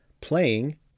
playing